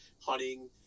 hunting